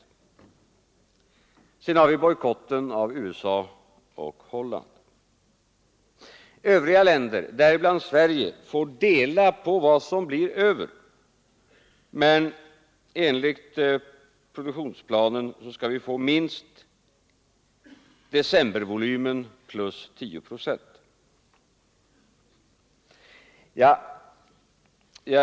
USA och Nederländerna bojkottas. Övriga länder, däribland Sverige, får dela på vad som blir över, men enligt produktionsplanen skall vi få minst decembervolymen plus 10 procent.